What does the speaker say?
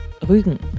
Rügen